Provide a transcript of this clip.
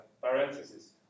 parentheses